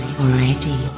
already